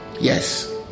yes